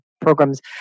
programs